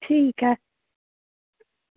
ठीक ऐ